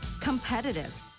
competitive